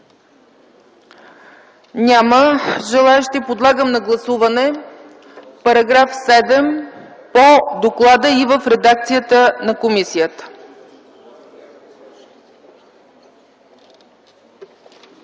Няма желаещи. Подлагам на гласуване § 7 по доклада и в редакцията на комисията.